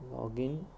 login